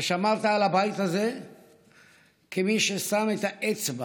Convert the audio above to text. אתה שמרת על הבית הזה כמי ששם את האצבע